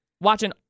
watching